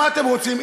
מה אתם רוצים,